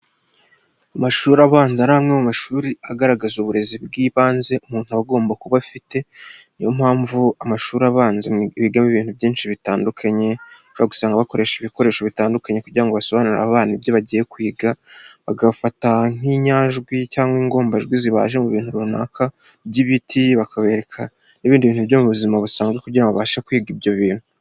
Amashuri abanza ari amwe mu mashuri agaragaza uburezi bw'ibanze umuntu aba agomba kuba afite, niyo mpamvu amashuri abanza bigamo ibintu byinshi bitandukanye, ushobora gusanga bakoresha ibikoresho bitandukanye kugira ngo basobanurire abana ibyo bagiye kwiga, bagafata nk'inyajwi cyangwa ingombajwi zibaje mu bintu runaka by'ibiti bakabereka n'ibindi bintu byo mu buzima busanzwe kugira babashe kwiga ibyo bintu.